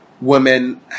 women